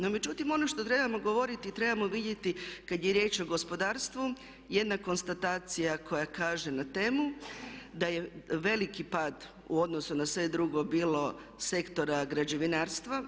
No međutim, ono što trebamo govoriti i trebamo vidjeti kad je riječ o gospodarstvu jedna konstatacija koja kaže na temu da je veliki pad u odnosu na sve drugo bilo sektora građevinarstva.